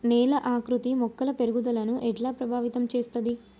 నేల ఆకృతి మొక్కల పెరుగుదలను ఎట్లా ప్రభావితం చేస్తది?